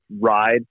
ride